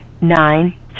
nine